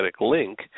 link